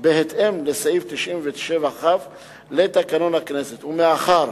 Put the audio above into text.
בהתאם לסעיף 97כ לתקנון הכנסת, ומאחר